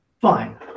Fine